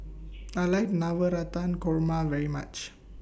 I like Navratan Korma very much